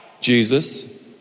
Jesus